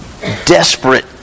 desperate